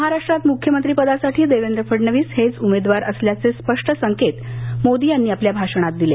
महाराष्ट्रात मुख्यमंत्रीपदासाठी देवेंद्र फडणवीस हेच उमेदवार असल्याचे स्पष्ट संकेत मोदी यांनी आपल्या भाषणात दिले